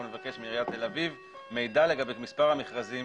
אנחנו נבקש מעיריית תל אביב מידע לגבי מספר המכרזים